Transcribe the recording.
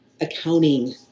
accounting